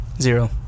Zero